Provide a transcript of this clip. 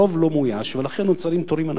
הרוב לא מאויש, ולכן נוצרים תורים ענקיים.